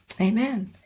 Amen